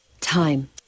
Time